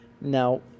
Now